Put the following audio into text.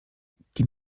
die